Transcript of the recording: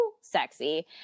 sexy